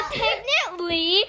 technically